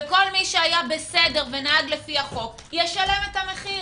וכל מי שנהג לפי החוק ישלם את המחיר.